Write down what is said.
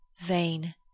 vain